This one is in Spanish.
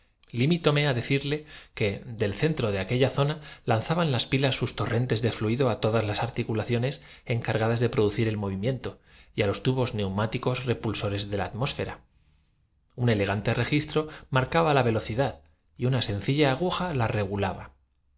sobre decirle que del centro de aquella zona lanzaban las nosotrosexclamó con aire de triunfo una vez termi pilas sus torrentes de fluido á todas las articulaciones nada la operación encargadas de producir el movimiento y á los tubos no cree usted sin embargo objetó su insepara neumáticos repulsores de la atmósfera un elegante ble que nada perdíamos con esperar para fijarnos á registro marcaba la velocidad y una sencilla agúja la